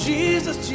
Jesus